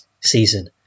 season